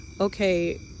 okay